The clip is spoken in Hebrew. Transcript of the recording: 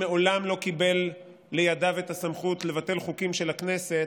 שמעולם לא קיבל לידיו את הסמכות לבטל חוקים של הכנסת,